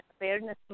awareness